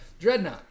Dreadnought